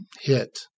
hit